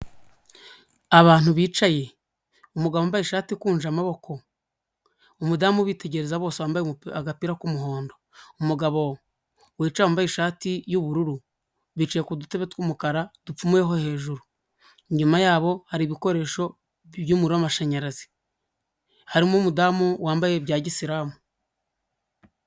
Abantu bicaye, umugabo wambaye ishati ikunje amaboko, umudamu ubitegereza bose wambaye agapira k'umuhondo, umugabo wicaye yambaye ishati y'ubururu, bicaye ku dutebe tw'umukara dupfumuyeho hejuru, inyuma yabo hari ibikoresho by'umuriro w' amashanyarazi, harimo umudamu wambaye ibya gisilamu.